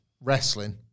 wrestling